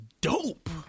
Dope